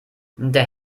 der